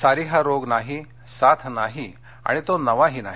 सारी हा रोग नाही साथ नाही आणि तो नवाही नाही